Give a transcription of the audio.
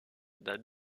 dans